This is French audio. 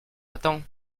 attendent